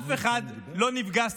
אף אחד לא נפגע סתם.